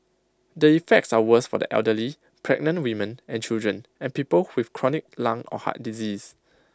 the effects are worse for the elderly pregnant women and children and people with chronic lung or heart disease